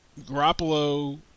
Garoppolo